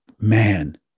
man